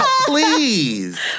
Please